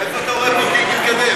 איפה אתה רואה פה גיל מתקדם?